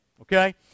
okay